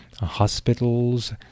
hospitals